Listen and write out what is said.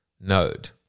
node